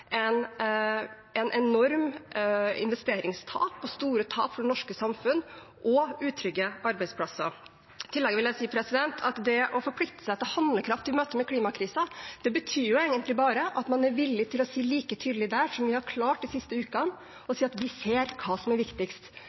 investeringstap, store tap for det norske samfunn og utrygge arbeidsplasser. I tillegg vil jeg si at det å forplikte seg til handlekraft i møte med klimakrisen, egentlig bare betyr at man er villig til å si like tydelig der det vi har klart de siste ukene, nemlig at vi ser hva som er viktigst.